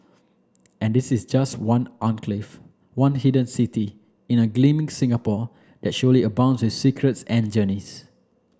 and this is just one enclave one hidden city in a gleaming Singapore that surely abounds with secrets and journeys